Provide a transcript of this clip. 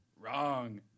Wrong